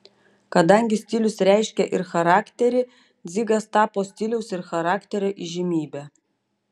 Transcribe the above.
kadangi stilius reiškia ir charakterį dzigas tapo stiliaus ir charakterio įžymybe